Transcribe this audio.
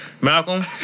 Malcolm